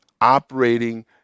operating